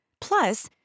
Plus